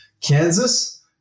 Kansas